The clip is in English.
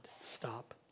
stop